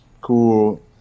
cool –